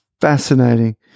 fascinating